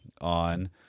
on